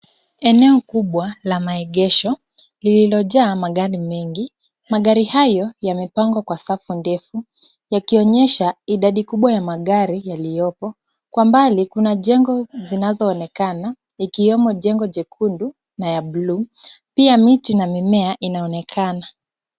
Eneo kubwa la maegesho lililojaa magari mengi. Magari hayo yamepangwa kwa safu ndefu yakionyesha idadi kubwa ya magari yaliyopo. Kwa mbali kuna jengo zinazoonekana ikiwemo jengo jekundu na ya blue . Pia miti na mimea inaonekana.